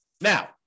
Now